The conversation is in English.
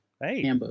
hey